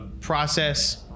process